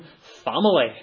family